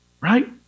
Right